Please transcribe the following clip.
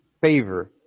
favor